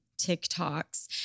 TikToks